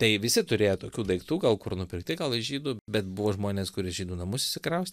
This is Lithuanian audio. tai visi turėjo tokių daiktų gal kur nupirkti gal iš žydų bet buvo žmonės kur į žydų namus įsikraustė